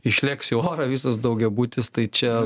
išlėks į orą visas daugiabutis tai čia